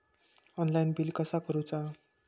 Online bill कसा करुचा?